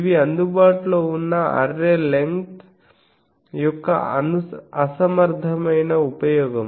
ఇవి అందుబాటులో ఉన్న అర్రే లెంగ్త్ యొక్క అసమర్థమైన ఉపయోగం